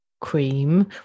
Cream